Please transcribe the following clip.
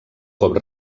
cop